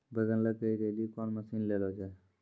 बैंगन लग गई रैली कौन मसीन ले लो जाए?